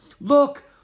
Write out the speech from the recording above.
Look